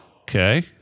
Okay